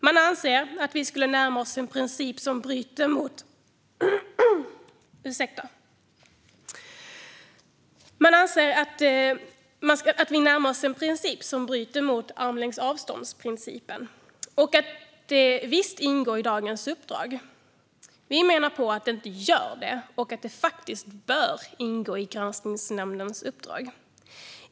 Man anser att vi närmar oss en princip som bryter mot principen om armlängds avstånd och att det visst ingår i dagens uppdrag. Vi menar att det inte gör det men faktiskt bör ingå i granskningsnämndens uppdrag.